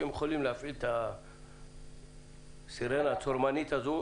שהם יכולים להפעיל את הסירנה הצורמנית הזאת,